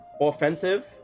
offensive